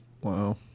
Wow